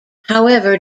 however